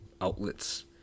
outlets